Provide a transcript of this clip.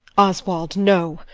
oswald! no,